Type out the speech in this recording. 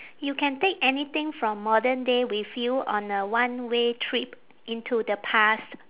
you can take anything from modern day with you on a one way trip into the past